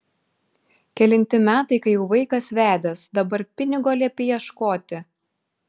kelinti metai kai jau vaikas vedęs dabar pinigo liepi ieškoti